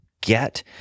get